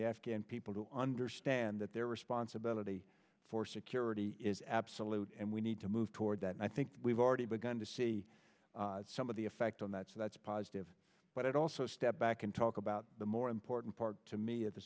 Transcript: afghan people to understand that their responsibility for security is absolute and we need to move toward that and i think we've already begun to see some of the effect on that so that's positive but also step back and talk about the more important part to me at the